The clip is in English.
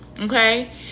Okay